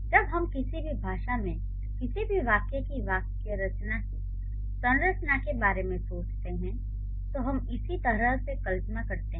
जब हम किसी भी भाषा में किसी भी वाक्य की वाक्य रचना की संरचना के बारे में सोचते हैं तो हम इसी तरह से कल्पना करते हैं